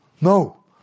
no